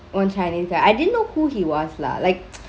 one chinese guy I didn't know who he was lah like